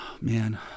Man